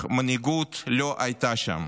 מנהיגות לא הייתה שם.